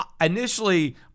Initially